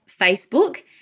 Facebook